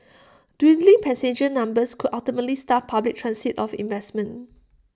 dwindling passenger numbers could ultimately starve public transit of investment